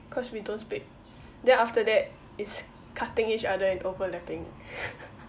cause we don't speak then after that is cutting each other and overlapping